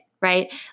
right